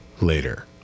later